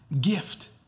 gift